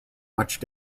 much